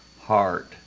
heart